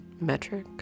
metric